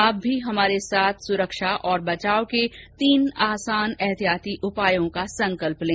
आप भी हमारे साथ सुरक्षा और बचाव के तीन आसान एहतियाती उपायों का संकल्प लें